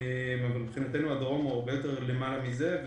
אבל מבחינתנו הדרום הוא הרבה יותר למעלה מזה.